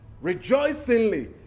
rejoicingly